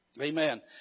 Amen